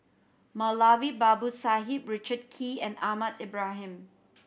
Moulavi Babu Sahib Richard Kee and Ahmad Ibrahim